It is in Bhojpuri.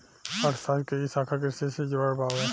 अर्थशास्त्र के इ शाखा कृषि से जुड़ल बावे